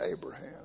Abraham